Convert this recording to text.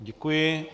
Děkuji.